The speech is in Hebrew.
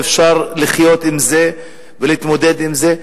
אפשר לחיות עם זה ולהתמודד עם זה.